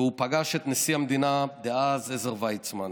והוא פגש את נשיא המדינה דאז עזר ויצמן.